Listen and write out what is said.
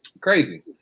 crazy